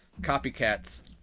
copycat's